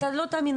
אתה לא תאמין,